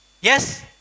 Yes